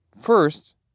first